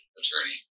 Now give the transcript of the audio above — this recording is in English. attorney